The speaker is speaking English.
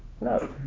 No